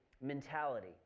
mentality